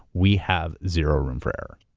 we have zero room for error.